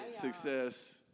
Success